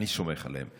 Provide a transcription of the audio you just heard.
אני סומך עליהם.